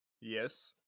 Yes